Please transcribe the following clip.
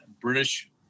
british